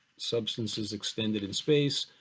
substance is extended in space,